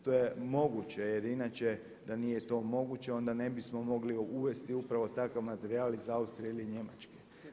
To je moguće jer inače da nije to moguće onda ne bismo mogli uvesti upravo takav materijal iz Austrije ili Njemačke.